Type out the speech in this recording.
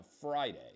Friday